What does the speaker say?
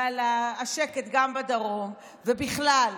ועל השקט גם בדרום ובכלל,